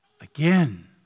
Again